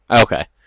Okay